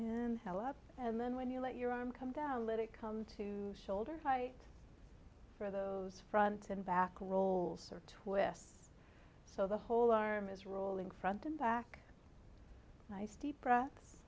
and how up and then when you let your arm come down let it come to shoulder height for those front and back rolls or twists so the whole arm is rolling front and back nice deep breaths